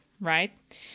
right